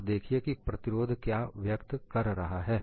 और देखिए कि प्रतिरोध क्या व्यक्त कर रहा है